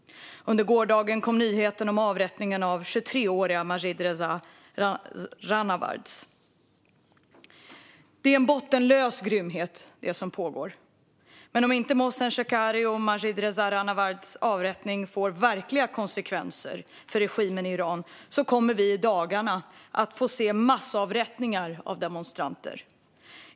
Under gårdagen kom nyheten om avrättningen av 23-åriga Majidreza Rahnavard. Det är en bottenlös grymhet som pågår. Men om inte avrättningarna av Mohsen Shekari och Majidreza Rahnavard får verkliga konsekvenser för regimen i Iran kommer vi i dagarna att få se massavrättningar av demonstranter.